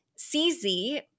CZ